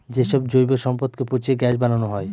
যে সব জৈব সম্পদকে পচিয়ে গ্যাস বানানো হয়